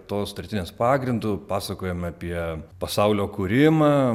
tos sutartinės pagrindu pasakojam apie pasaulio kūrimą